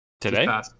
today